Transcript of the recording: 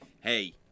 hey